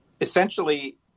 essentially